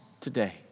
today